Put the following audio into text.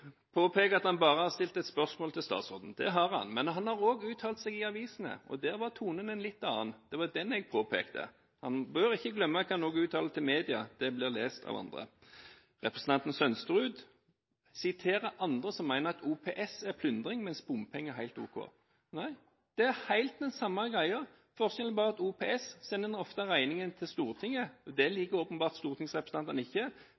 at han bare har stilt et spørsmål til statsråden. Det har han, men han har også uttalt seg til avisene, og der var tonen en litt annen. Det var det jeg påpekte. Han bør ikke glemme hva han uttaler til media, det blir lest av andre. Representanten Sønsterud siterer andre som mener at OPS er plyndring, mens bompenger er helt ok. Nei, det er helt den samme greia. Forskjellen er bare at med OPS sender en ofte regningen til Stortinget, det liker åpenbart stortingsrepresentantene ikke.